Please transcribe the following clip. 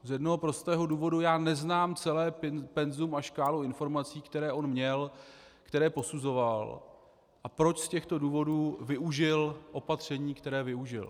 Z jednoho prostého důvodu: Já neznám celé penzum a škálu informací, které on měl, které posuzoval, a proč z těchto důvodů využil opatření, která využil.